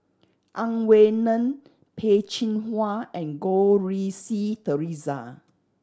Ang Wei Neng Peh Chin Hua and Goh Rui Si Theresa